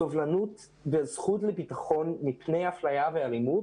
סובלנות וזכות לביטחון מפני אפליה ואלימות